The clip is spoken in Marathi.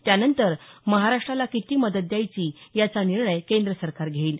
त्यानंतर महाराष्ट्राला किती मदत द्यायची याचा निर्णय केंद्र सरकार घेईल